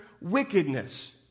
wickedness